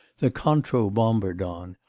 the contro-bombardon,